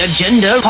Agenda